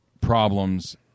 problems